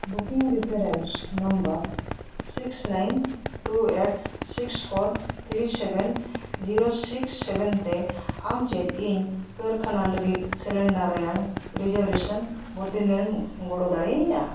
booking reference number six nine two eight six four three seven zero six seven ᱛᱮ ᱟᱢ ᱪᱮᱫ ᱤᱧ ᱠᱟᱹᱨᱠᱷᱟᱱᱟ ᱞᱟᱹᱜᱤᱫ ᱥᱤᱞᱤᱱᱰᱟᱨ ᱨᱮᱭᱟᱜ ᱨᱤᱡᱟᱨᱵᱷᱮᱥᱮᱱ ᱵᱩᱠᱤᱝ ᱮᱢ ᱜᱚᱲᱚ ᱫᱟᱲᱮᱭᱤᱧᱟ